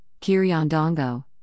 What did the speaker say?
Kiryondongo